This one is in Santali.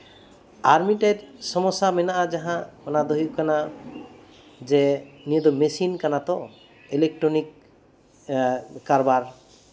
ᱟᱨ ᱢᱤᱫᱴᱮᱡ ᱥᱚᱢᱚᱥᱥᱟ ᱢᱮᱱᱟᱜᱼᱟ ᱡᱟᱦᱟᱸ ᱫᱚ ᱦᱩᱭᱩᱜ ᱠᱟᱱᱟ ᱡᱮ ᱱᱤᱭᱟᱹ ᱫᱚ ᱢᱮᱥᱤᱱ ᱠᱟᱱᱟ ᱛᱚ ᱤᱞᱮᱠᱴᱚᱨᱚᱱᱤᱠ ᱠᱟᱨᱵᱟᱨ